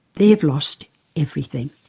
they've lost everything.